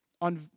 on